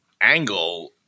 angle